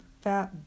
fat